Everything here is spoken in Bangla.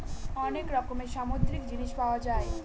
অনেক রকমের সামুদ্রিক জিনিস পাওয়া যায়